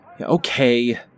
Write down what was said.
okay